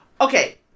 Okay